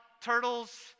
turtles